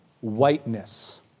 whiteness